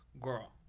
Girl